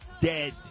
Dead